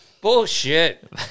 Bullshit